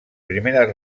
primeres